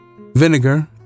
Vinegar